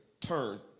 turn